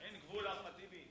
אין גבול, אחמד טיבי?